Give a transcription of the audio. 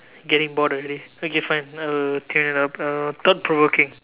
getting bored already okay fine uh tune it up uh thought provoking